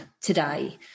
today